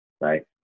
Right